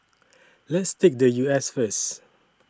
let's take the U S first